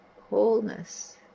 wholeness